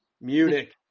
Munich